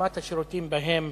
שרמת השירותים בהם